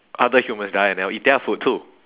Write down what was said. other humans die and then I'll eat their food too